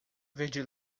verde